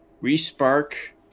re-spark